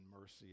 mercy